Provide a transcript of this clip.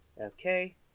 Okay